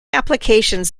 applications